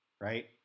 right